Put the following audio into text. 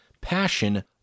passion